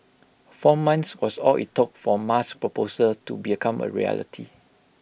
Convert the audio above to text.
four months was all IT took for Ma's proposal to become A reality